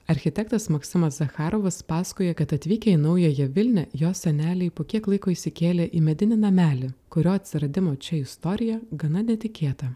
architektas maksimas zacharovas pasakoja kad atvykę į naująją vilnią jo seneliai po kiek laiko išsikėlė į medinį namelį kurio atsiradimo čia istorija gana netikėta